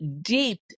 deep